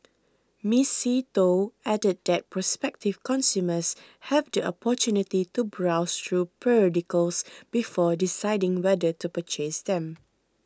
Miss See Tho added that prospective consumers have the opportunity to browse through periodicals before deciding whether to purchase them